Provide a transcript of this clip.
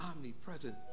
omnipresent